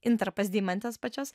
interpas deimantės pačios